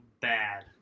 bad